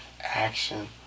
Action